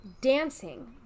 Dancing